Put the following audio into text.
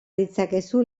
ditzakezu